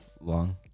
Long